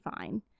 fine